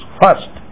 first